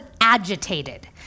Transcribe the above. agitated